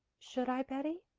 should i, betty?